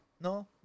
no